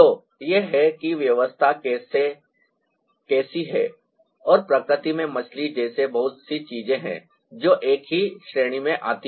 तो यह है कि व्यवस्था कैसी है और प्रकृति में मछली जैसी बहुत सी चीजें हैं जो एक ही श्रेणी में आती हैं